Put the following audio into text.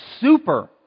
super